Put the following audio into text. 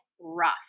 rough